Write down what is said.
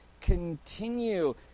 continue